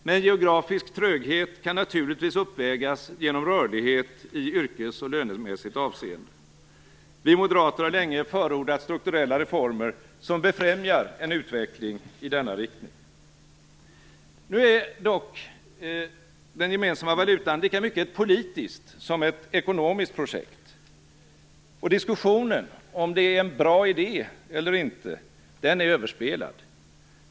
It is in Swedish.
Men geografisk tröghet kan naturligtvis uppvägas genom rörlighet i yrkes och lönemässigt avseende. Vi moderater har länge förordat strukturella reformer som befrämjar en utveckling i denna riktning. Nu är dock den gemensamma valutan lika mycket ett politiskt som ett ekonomiskt projekt. Och diskussionen om det är en bra idé eller inte är överspelad.